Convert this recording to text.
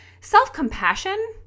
self-compassion